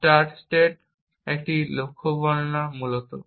start state এবং একটি লক্ষ্য বর্ণনা মূলত